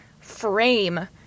frame